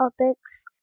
topics